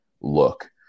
look